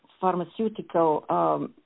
pharmaceutical